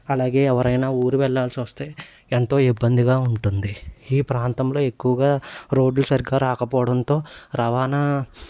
అలాగే ఎవరైనా ఊరు వెళ్లాల్సి వస్తే ఎంతో ఇబ్బందిగా ఉంటుంది ఈ ప్రాంతంలో రోడ్లు సరిగ్గా రాకపోవడంతో రవాణా